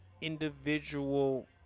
individual